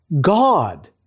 God